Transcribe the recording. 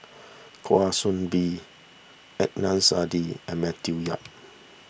Kwa Soon Bee Adnan Saidi and Matthew Yap